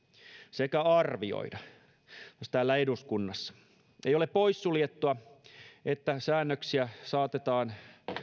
sekä arvioida myös täällä eduskunnassa ei ole poissuljettua että säännöksiä saatetaan